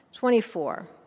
24